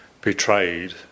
betrayed